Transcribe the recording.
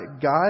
God